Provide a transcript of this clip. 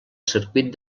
circuit